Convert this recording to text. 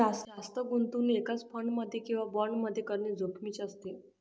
जास्त गुंतवणूक एकाच फंड मध्ये किंवा बॉण्ड मध्ये करणे जोखिमीचे असते